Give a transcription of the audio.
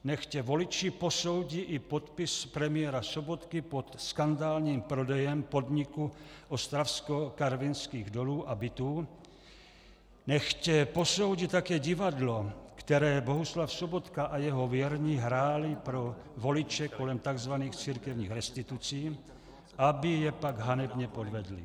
Nechť voliči posoudí i podpis premiéra Sobotky pod skandálním prodejem podniku Ostravskokarvinských dolů a bytů, nechť posoudí také divadlo, které Bohuslav Sobotka a jeho věrní hráli pro voliče kolem takzvaných církevních restitucí, aby je pak hanebně podvedli.